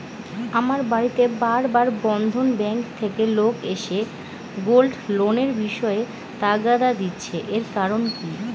আমার বাড়িতে বার বার বন্ধন ব্যাংক থেকে লোক এসে গোল্ড লোনের বিষয়ে তাগাদা দিচ্ছে এর কারণ কি?